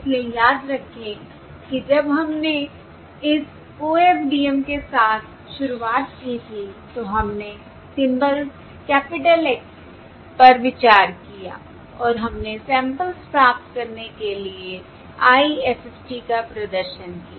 इसलिए याद रखें कि जब हमने इस OFDM के साथ शुरुआत की थी तो हमने सिंबल्स कैपिटल X s पर विचार किया और हमने सैंपल्स प्राप्त करने के लिए IFFT का प्रदर्शन किया